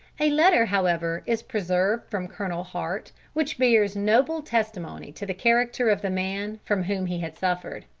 a letter, however, is preserved from colonel hart, which bears noble testimony to the character of the man from whom he had suffered